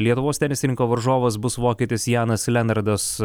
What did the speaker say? lietuvos tenisininko varžovas bus vokietis janas lenardas